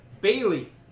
Bailey